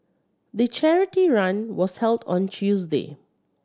the charity run was held on Tuesday